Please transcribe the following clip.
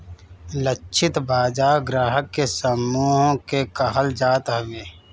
लक्षित बाजार ग्राहक के समूह के कहल जात हवे